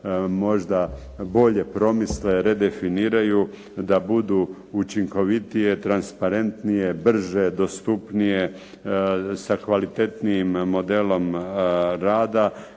možda bolje promisle, redefiniraju, da budu učinkovitije, transparentnije, brže, dostupnije, sa kvalitetnijim modelom rada